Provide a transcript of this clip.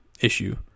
issue